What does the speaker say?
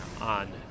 on